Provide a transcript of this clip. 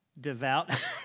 devout